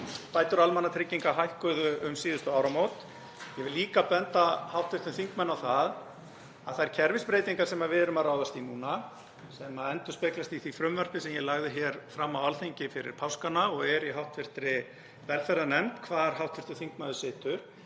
bætur almannatrygginga hækkuðu um síðustu áramót. Ég vil líka benda hv. þingmanni á það að þær kerfisbreytingar sem við erum að ráðast í núna, sem endurspeglast í því frumvarpi sem ég lagði hér fram á Alþingi fyrir páskana og er í hv. velferðarnefnd hvar hv. þingmaður situr,